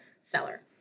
seller